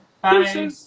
Bye